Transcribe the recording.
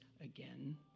again